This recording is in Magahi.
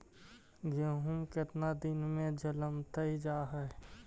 गेहूं केतना दिन में जलमतइ जा है?